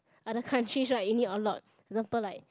other country right you need a lot example like